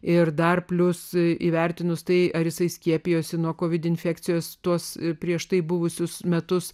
ir dar plius įvertinus tai ar jisai skiepijosi nuo covid infekcijos tuos ir prieš tai buvusius metus